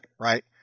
right